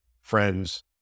friends